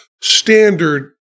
standard